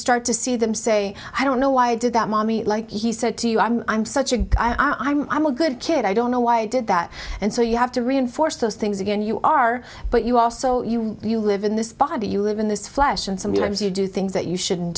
start to see them say i don't know why i did that mommy he said to you i'm i'm such a guy i'm a good kid i don't know why i did that and so you have to reinforce those things again you are but you also you you live in this body you live in this flesh and sometimes you do things that you shouldn't